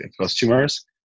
customers